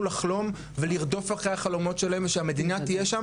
לחלום ולרדוף אחר החלומות שלהם ושהמדינה תהיה שם